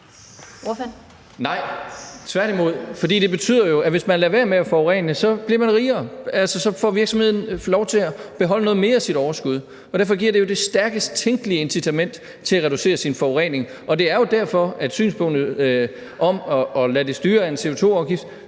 Nej, tværtimod, for det betyder jo, at hvis man lader være med at forurene, så bliver man rigere. Så får virksomheden lov til at beholde noget mere af sit overskud. Derfor giver det jo det stærkest tænkelige incitament til at reducere sin forurening. Det er jo derfor, at synspunktet om at lade det styre af en CO2-afgift